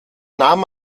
nahm